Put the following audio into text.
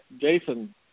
Jason